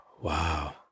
Wow